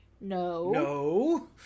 No